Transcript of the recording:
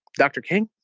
dr. king,